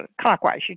clockwise